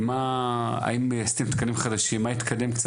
האם גייסתם תקנים חדשים, מה התקדם?